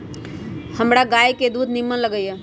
हमरा गाय के दूध निम्मन लगइय